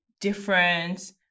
different